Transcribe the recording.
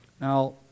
Now